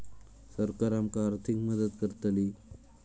सरकार आमका आर्थिक मदत करतली?